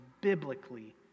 biblically